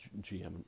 GM